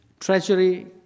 treasury